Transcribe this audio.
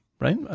right